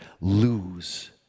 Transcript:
lose